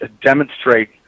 demonstrate